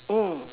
mm